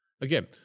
Again